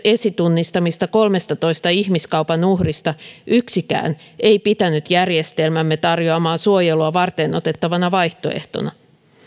esitunnistamista kolmestatoista ihmiskaupan uhrista yksikään ei pitänyt järjestelmämme tarjoamaa suojelua varteenotettavana vaihtoehtona